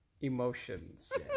Emotions